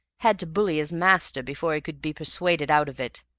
had to bully his master before he could be persuaded out of it.